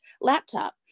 laptop